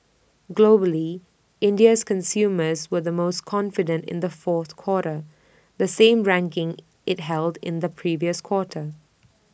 globally India's consumers were the most confident in the fourth quarter the same ranking IT held in the previous quarter